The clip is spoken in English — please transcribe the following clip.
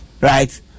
Right